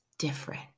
Different